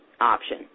option